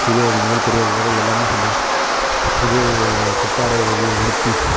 சிறியவர்கள் முதல் பெரியவர்கள் வரை எல்லாமே சேர்ந்து புது புத்தாடை உது உடுத்தி